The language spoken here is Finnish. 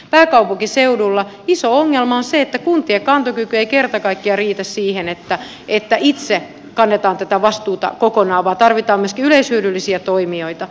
pääkaupunkiseudulla iso ongelma on se että kuntien kantokyky ei kerta kaikkiaan riitä siihen että itse kannetaan tätä vastuuta kokonaan vaan tarvitaan myöskin yleishyödyllisiä toimijoita